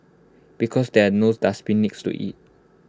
because there's no dustbin next to IT